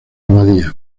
abadía